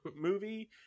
movie